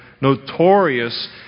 notorious